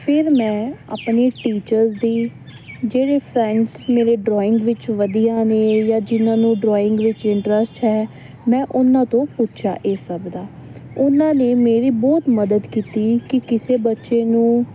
ਫਿਰ ਮੈਂ ਆਪਣੇ ਟੀਚਰਸ ਦੀ ਜਿਹੜੇ ਫਰੈਂਡਸ ਮੇਰੇ ਡਰੋਇੰਗ ਵਿੱਚ ਵਧੀਆ ਨੇ ਜਾਂ ਜਿਹਨਾਂ ਨੂੰ ਡਰਾਇੰਗ ਵਿੱਚ ਇੰਟਰਸਟ ਹੈ ਮੈਂ ਉਹਨਾਂ ਤੋਂ ਪੁੱਛਿਆ ਇਹ ਸਭ ਦਾ ਉਹਨਾਂ ਨੇ ਮੇਰੀ ਬਹੁਤ ਮਦਦ ਕੀਤੀ ਕਿ ਕਿਸੇ ਬੱਚੇ ਨੂੰ